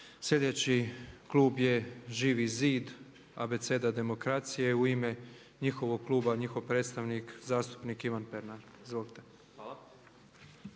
Slijedeći klub je ŽIVI ZID, Abeceda demokracije. U ime njihovog kluba, njihov predstavnik zastupnik Ivan Pernar. Izvolite.